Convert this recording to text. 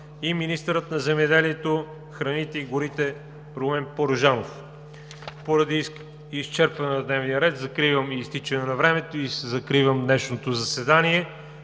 и министърът на земеделието, храните и горите Румен Порожанов. Поради изчерпване на дневния ред и изтичане на времето, закривам днешното заседание.